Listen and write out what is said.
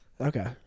Okay